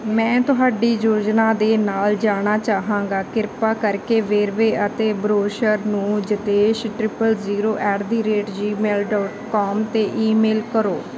ਮੈਂ ਤੁਹਾਡੀ ਯੋਜਨਾ ਦੇ ਨਾਲ ਜਾਣਾ ਚਾਹਾਂਗਾ ਕਿਰਪਾ ਕਰਕੇ ਵੇਰਵੇ ਅਤੇ ਬਰੋਸ਼ਰ ਨੂੰ Jitesh triple zero at the rate Gmail dot com 'ਤੇ ਈਮੇਲ ਕਰੋ